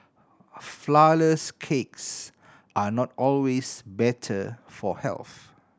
flourless cakes are not always better for health